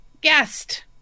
Guest